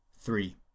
three